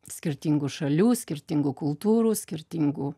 skirtingų šalių skirtingų kultūrų skirtingų